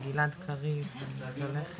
יך עוד תקנים יודע לבוא למשרד האוצר לאגף